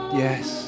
yes